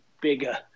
bigger